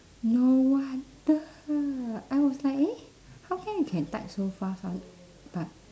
no wonder I was like eh how come you can type so fast [one] but